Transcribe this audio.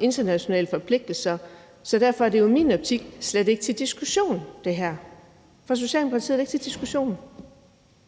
internationale forpligtelser, så derfor er det her i min optik slet ikke til diskussion. For Socialdemokratiet er det ikke til diskussion.